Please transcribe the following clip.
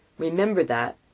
remember that,